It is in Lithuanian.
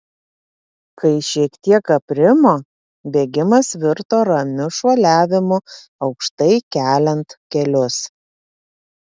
kai šiek tiek aprimo bėgimas virto ramiu šuoliavimu aukštai keliant kelius